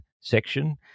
section